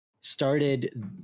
started